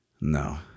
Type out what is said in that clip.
No